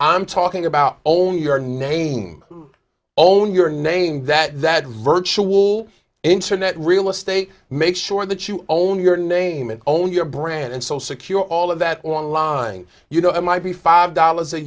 i'm talking about only your name all your name that that virtual internet real estate make sure that you own your name and only your brand and so secure all of that online you know i might be five dollars a